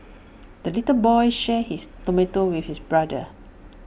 the little boy shared his tomato with his brother